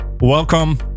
welcome